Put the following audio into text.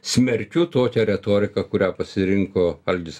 smerkiu tokią retoriką kurią pasirinko algis